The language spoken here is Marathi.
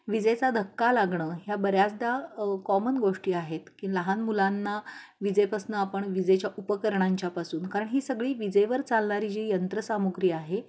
विजेचा धक्का लागणं ह्या बऱ्याचदा कॉमन गोष्टी आहेत की लहान मुलांना विजेपासनं आपण विजेच्या उपकरणांच्या पासून कारण ही सगळी विजेवर चालणारी जी यंत्रसामुग्री आहे